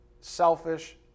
Selfish